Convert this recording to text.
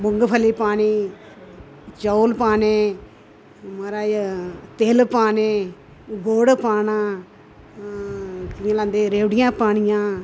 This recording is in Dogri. मुंगफली पानी चौल पाने महाराज तिल पाने गुड़ पाना केह् गलांदे रयौड़ियां पानियां